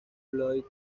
floyd